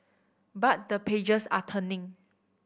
but the pages are turning